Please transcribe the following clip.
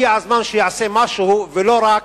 הגיע הזמן שהוא יעשה משהו, ולא רק,